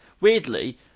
weirdly